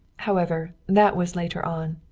however, that was later on.